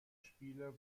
spieler